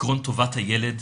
עיקרון טובת הילד,